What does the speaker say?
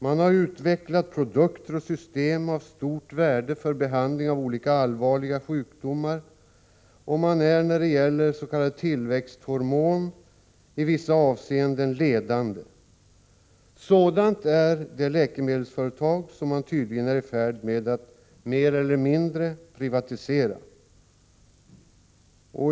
Man har utvecklat produkter och system av stort värde för behandling av olika allvarliga sjukdomar. Man är när det gäller s.k. tillväxthormon i vissa avseenden ledande. Sådant är det läkemedelsföretag som man tydligen är i färd med att mer eller mindre privatisera.